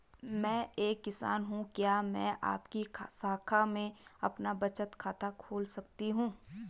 मैं एक किसान हूँ क्या मैं आपकी शाखा में अपना बचत खाता खोल सकती हूँ?